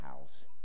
house